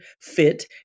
fit